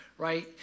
Right